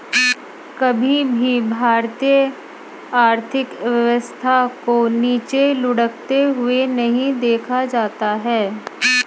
कभी भी भारतीय आर्थिक व्यवस्था को नीचे लुढ़कते हुए नहीं देखा जाता है